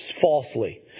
falsely